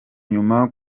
inyuma